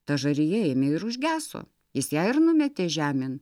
ta žarija ėmė ir užgeso jis ją ir numetė žemėn